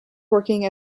working